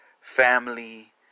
Family